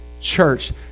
church